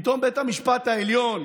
פתאום בית המשפט העליון,